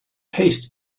paste